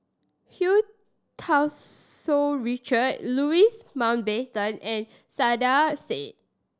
Hu Tau Tsu Richard Louis Mountbatten and Saiedah Said